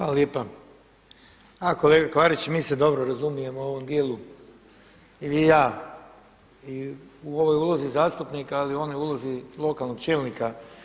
A kolega Klarić, mi se dobro razumijemo u ovom dijelu i vi i ja u ovoj ulozi zastupnika, ali i u onoj ulozi lokalnog čelnika.